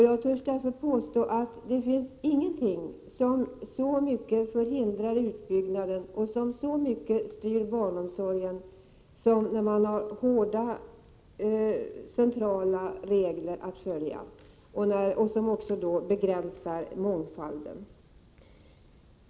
Jag vill påstå att det inte finns någonting som så mycket hindrar utbyggnaden av och så mycket styr barnomsorgen som hårda centrala regler som skall följas. De begränsar då också mångfalden.